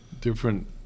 different